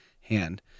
hand